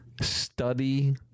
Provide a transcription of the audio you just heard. study